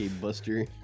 Buster